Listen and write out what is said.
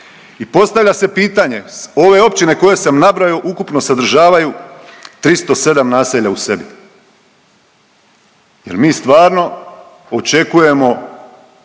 I postavlja se pitanje, ove općine koje sam nabrojao ukupno sadržavaju 307 naselja u sebi. Jer mi stvarno očekujemo